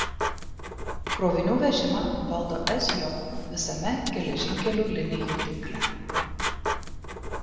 krovinių vežimą valdo sj visame geležinkelių linijų tinkle